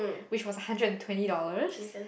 which was a hundred and twenty dollars